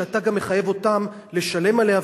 שאתה גם מחייב אותם לשלם עליה,